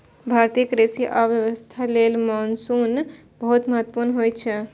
भारतीय कृषि आ अर्थव्यवस्था लेल मानसून बहुत महत्वपूर्ण होइ छै